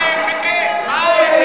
מה האמת, מה האמת?